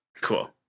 Cool